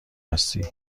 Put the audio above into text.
هستی